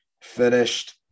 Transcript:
finished